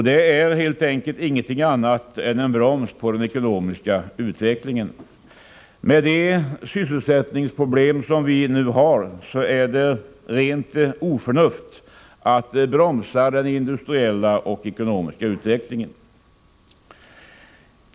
De är helt enkelt ingenting annat än en broms på den ekonomiska utvecklingen. Med de sysselsättningsproblem som vi nu har är det rent oförnuft att bromsa den industriella och ekonomiska utvecklingen.